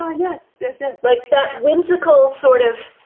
ah yes, yes. like that whimsical sort of